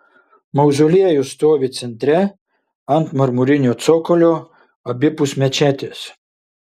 mauzoliejus stovi centre ant marmurinio cokolio abipus mečetės